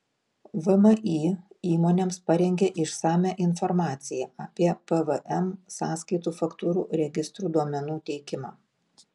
vmi įmonėms parengė išsamią informaciją apie pvm sąskaitų faktūrų registrų duomenų teikimą